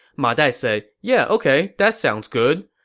ma dai said yeah ok, that sounds good.